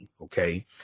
okay